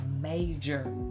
major